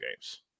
games